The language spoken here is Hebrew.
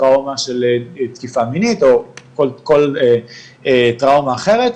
טראומה של תקיפה מינית או כל טראומה אחרת.